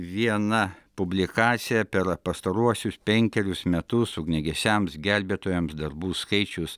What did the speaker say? viena publikacija per pastaruosius penkerius metus ugniagesiams gelbėtojams darbų skaičius